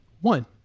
one